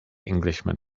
englishman